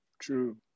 true